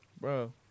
Bro